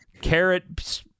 Carrot